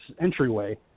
entryway